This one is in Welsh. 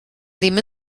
ddim